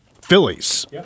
Phillies